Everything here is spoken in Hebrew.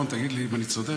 אם אני לא טועה.